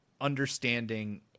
understanding